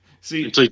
See